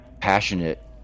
passionate